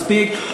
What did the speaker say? מספיק,